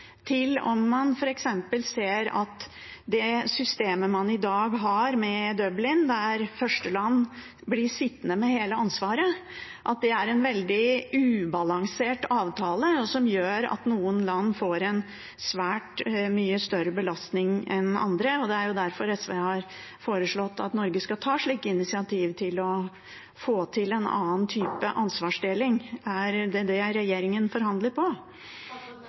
til om man f.eks. ser at det systemet man i dag har med Dublinavtalen, der førsteland blir sittende med hele ansvaret, er en veldig ubalansert avtale som gjør at noen land får en svært mye større belastning enn andre. Det er derfor SV har foreslått at Norge skal ta slike initiativ til å få til en annen type ansvarsdeling. Er det det regjeringen forhandler om? Jeg mener helt klart vi kan kalle det innfallsmetoden. Det skjer på